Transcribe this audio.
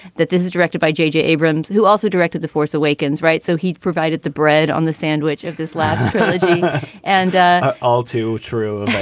that this is directed by j j. abrams, who also directed the force awakens. right so he provided the bread on the sandwich of this last and all too. true.